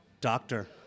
Doctor